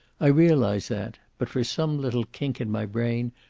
i realize that, but for some little kink in my brain,